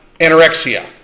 anorexia